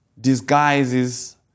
Disguises